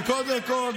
וקודם כול,